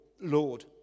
Lord